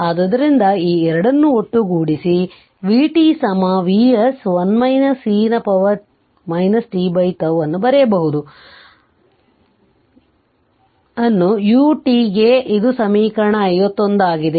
ಆದ್ದರಿಂದ ಈ ಎರಡನ್ನು ಒಟ್ಟುಗೂಡಿಸಿ vt Vs 1 e ನ ಪವರ್ tτ ಅನ್ನು ಬರೆಯಬಹುದು ಅನ್ನು ut ಗೆ ಇದು ಸಮೀಕರಣ 51 ಆಗಿದೆ